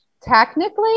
technically